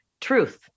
truth